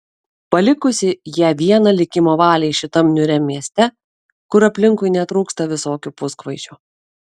palikusi ją vieną likimo valiai šitam niūriam mieste kur aplinkui netrūksta visokių puskvaišių